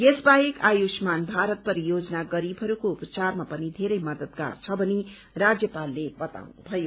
यस बाहेक आयुष्मान भारत परियोजना गरीबहरूको उपचारमा पनि धेरै मदतगार छ भनी राज्यपालले बताउनुमयो